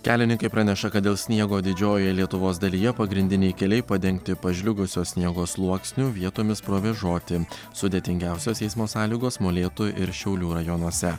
kelininkai praneša kad dėl sniego didžiojoje lietuvos dalyje pagrindiniai keliai padengti pažliugusio sniego sluoksniu vietomis provėžoti sudėtingiausios eismo sąlygos molėtų ir šiaulių rajonuose